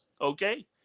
okay